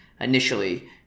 initially